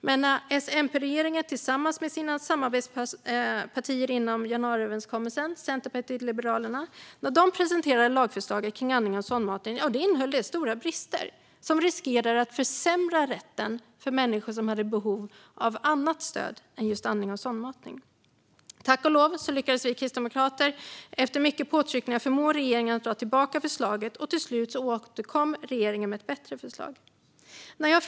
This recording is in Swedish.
Men när S-MP-regeringen tillsammans med sina samarbetspartier inom januariöverenskommelsen, Centerpartiet och Liberalerna, sedan presenterade lagförslaget kring andning och sondmatning innehöll det stora brister som riskerade att försämra rätten för människor som hade behov av annat stöd än just andning och sondmatning. Tack och lov lyckades vi kristdemokrater efter mycket påtryckningar förmå regeringen att dra tillbaka förslaget. Till slut återkom regeringen med ett bättre lagförslag. Fru talman!